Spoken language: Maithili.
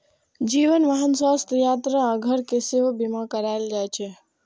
जीवन, वाहन, स्वास्थ्य, यात्रा आ घर के सेहो बीमा कराएल जाइ छै